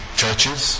churches